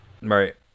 Right